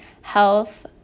health